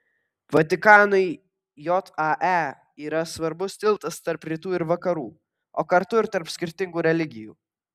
vatikanui jae yra svarbus tiltas tarp rytų ir vakarų o kartu ir tarp skirtingų religijų